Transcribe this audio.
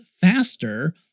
faster